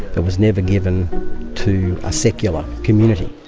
it was never given to a secular community.